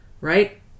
right